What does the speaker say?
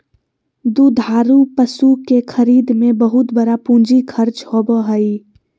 दुधारू पशु के खरीद में बहुत बड़ा पूंजी खर्च होबय हइ